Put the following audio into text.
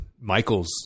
Michael's